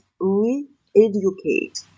re-educate